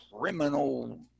criminal